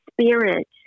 spirit